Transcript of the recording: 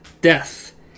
Death